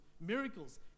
miracles